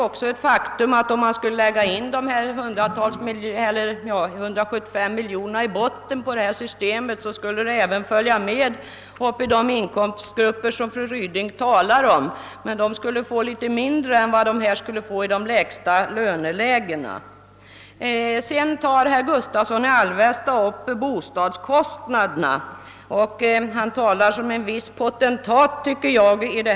Om man skulle lägga dessa 175 miljoner i botten på systemet med bostadstillägg är det ett faktum att det också skulle ge utdelning i de inkomstgrupper som fru Ryding talar om. Men de skulle få litet mindre i bidrag än grupperna i de lägsta lönelägena. Herr Gustavsson i Alvesta tar upp bostadskostnaderna och läser statistik som en viss potentat.